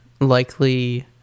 likely